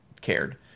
cared